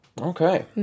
Okay